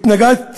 התנגדת